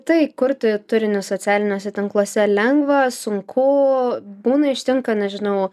tai kurti turinį socialiniuose tinkluose lengva sunku būna ištinka nežinau